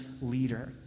leader